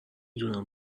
دونم